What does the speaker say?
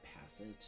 passage